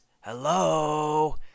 Hello